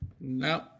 no